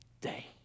day